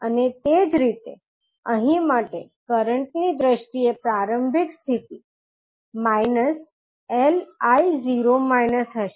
અને તે જ રીતે અહીં માટે કરંટ ની દ્રષ્ટિએ પ્રારંભિક સ્થિતિ −𝐿𝑖 0− હશે